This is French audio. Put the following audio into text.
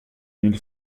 mille